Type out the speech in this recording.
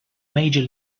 major